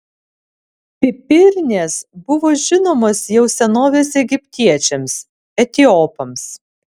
pipirnės buvo žinomos jau senovės egiptiečiams etiopams